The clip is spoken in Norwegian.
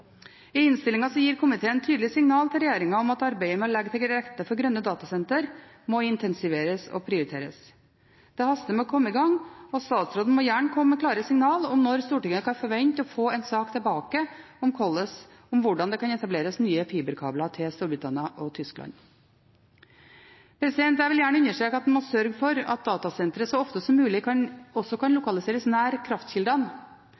I innstillingen gir komiteen tydelig signal til regjeringen om at arbeidet med å legge til rette for grønne datasentre må intensiveres og prioriteres. Det haster med å komme i gang, og statsråden må gjerne komme med klare signal om når Stortinget kan forvente å få en sak tilbake om hvordan det kan etableres nye fiberkabler til Storbritannia og Tyskland. Jeg vil gjerne understreke at man må sørge for at datasentre så ofte som mulig kan lokaliseres nær kraftkildene.